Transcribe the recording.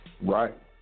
Right